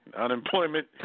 Unemployment